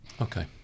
Okay